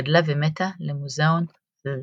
גדלה ומתה למוזיאון על שמה.